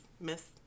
Miss